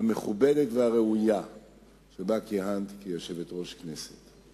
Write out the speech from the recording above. המכובדת והראויה שבה כיהנת כיושבת-ראש הכנסת.